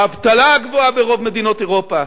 האבטלה הגבוהה ברוב מדינות אירופה,